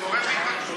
זה מעורר בי התרגשות.